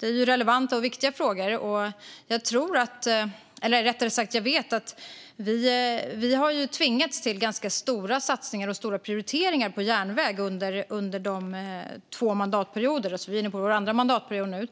Det är relevanta och viktiga frågor. Jag tror - eller jag vet, rättare sagt - att vi har tvingats till ganska stora satsningar på och prioriteringar av järnväg under både förra mandatperioden och denna, som är vår andra mandatperiod.